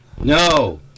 No